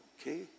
Okay